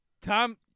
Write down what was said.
Tom